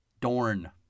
Dorn